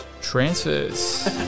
Transfers